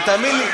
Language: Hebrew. תאמין לי,